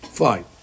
Fine